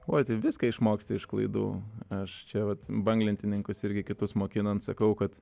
oi viską išmoksti iš klaidų aš čia vat banglentininkus irgi kitus mokinant sakau kad